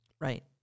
Right